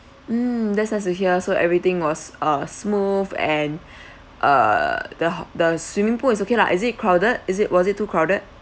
mm that's nice to hear so everything was uh smooth and uh the the swimming pool is okay lah is it crowded is it was it too crowded